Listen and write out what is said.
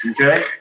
okay